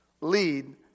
lead